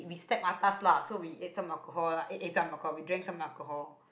we step atas lah so we ate some alcohol ate some alcohol we drank some alcohol